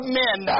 men